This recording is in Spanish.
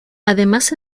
además